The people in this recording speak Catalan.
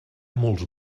molts